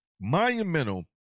monumental